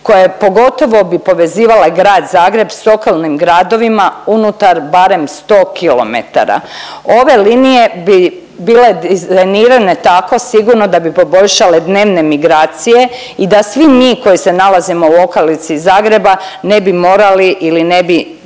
koje pogotovo bi povezivale Grad Zagreb s okolnim gradovima unutar barem 100km. Ove linije bi bile dizajnirane tako sigurno da bi poboljšale dnevne migracije i da svi mi koji se nalazimo u okolici Zagreba ne bi morali ili ne bi